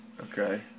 Okay